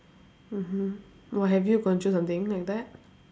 mmhmm what have you gone through something like that